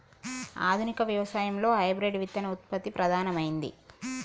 ఆధునిక వ్యవసాయం లో హైబ్రిడ్ విత్తన ఉత్పత్తి ప్రధానమైంది